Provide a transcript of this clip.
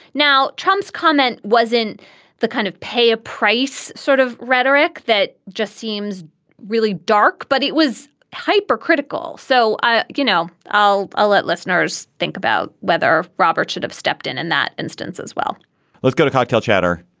now, trump's comment wasn't the kind of pay a price sort of rhetoric that just seems really dark. but it was hypercritical. so, ah you know, i'll ah let listeners think about whether roberts should have stepped in in that instance as well let's go to cocktail chatter.